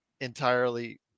entirely